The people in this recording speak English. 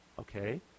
Okay